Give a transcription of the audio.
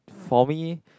for me